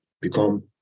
become